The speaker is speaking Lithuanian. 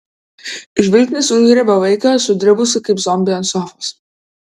žvilgsnis užgriebė vaiką sudribusį kaip zombį ant sofos